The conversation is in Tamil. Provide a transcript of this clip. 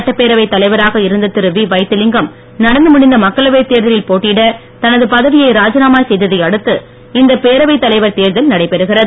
சட்டப்பேரவை தலைவராக இருந்த திரு வி வைத்திலிங்கம் நடந்து முடிந்த மக்களவை தேர்தலில் போட்டியிட தனது பதவியை ராஜினாமா செய்ததை அடுத்து இந்த பேரவை தலைவர் தேர்தல் நடைபெறுகிறது